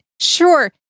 Sure